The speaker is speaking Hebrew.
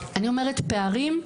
אני אומרת פערים,